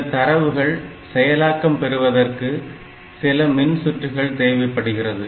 இந்த தரவுகள் செயலாக்கம் பெறுவதற்கு சில மின்சுற்றுகள் தேவைப்படுகிறது